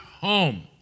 home